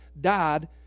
died